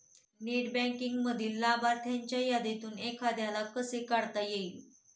Net बँकिंगमधील लाभार्थ्यांच्या यादीतून एखाद्याला कसे काढता येईल?